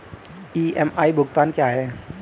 EMI भुगतान क्या है?